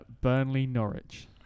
Burnley-Norwich